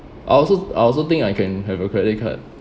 I also I also think I can have a credit card